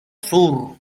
sur